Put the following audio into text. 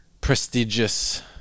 prestigious